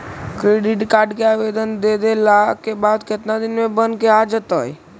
Credit card के आवेदन दे देला के बाद केतना दिन में बनके आ जइतै?